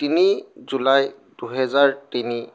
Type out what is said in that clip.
তিনি জুলাই দুহেজাৰ তিনি